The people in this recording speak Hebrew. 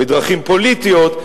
בדרכים פוליטיות,